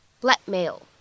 Blackmail